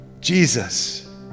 Jesus